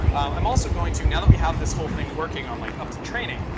i'm also going to, now that we have this whole thing working on like up to training,